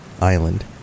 island